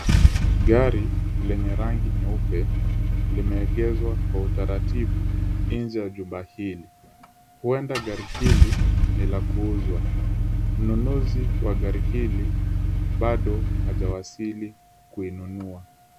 Gari lenye rangi nyeupe, limeegeshwa kwa utaratibu nje ya jumba hili. Huenda gari hili ni la kuuzwa. Mnunuzi wa gari hili bado hajawasili kuinunua.